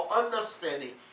understanding